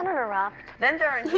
um interrupt. then there are